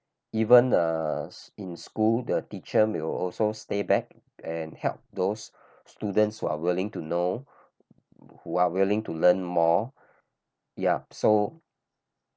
even uh sc~ in school the teacher may also stay back and help those students who are willing to know who are willing to learn more yup so